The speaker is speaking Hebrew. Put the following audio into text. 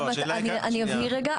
אני אבהיר רגע.